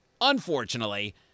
Unfortunately